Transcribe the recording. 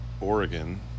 Oregon